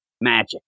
magic